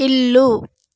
ఇల్లు